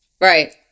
Right